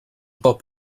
cop